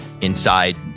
inside